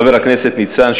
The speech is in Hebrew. חבר הכנסת ניצן,